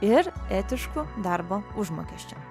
ir etišku darbo užmokesčiu